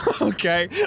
Okay